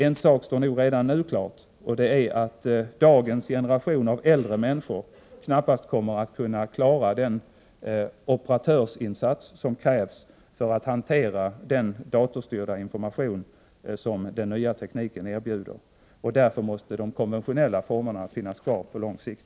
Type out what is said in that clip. En sak står dock redan nu klar, nämligen att dagens generation av äldre människor knappast kommer att kunna klara den operatörsinsats som krävs för att hantera den datorstyrda information som den nya tekniken erbjuder. Därför måste de konventionella formerna finnas kvar på lång sikt.